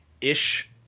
Ish